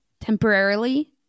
temporarily